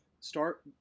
start